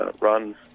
runs